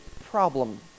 problem